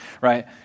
right